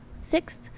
Sixth